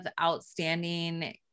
outstanding